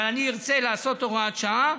אבל אני ארצה לעשות הוראת שעה.